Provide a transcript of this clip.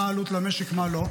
מה העלות למשק ומה לא.